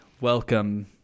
welcome